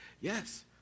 Yes